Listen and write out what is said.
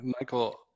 Michael